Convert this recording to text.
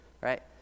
right